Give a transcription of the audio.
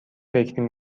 فکری